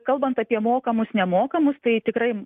kalbant apie mokamus nemokamus tai tikrai